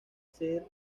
ser